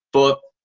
but,